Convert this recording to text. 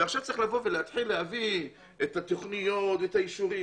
ועכשיו צריך להביא את התוכניות ואת האישורים.